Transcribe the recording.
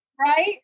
Right